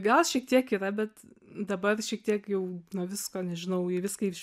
gal šiek tiek yra bet dabar šiek tiek jau nuo visko nežinau į viską iš